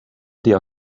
der